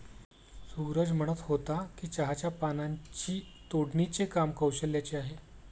सूरज म्हणत होता की चहाच्या पानांची तोडणीचे काम कौशल्याचे आहे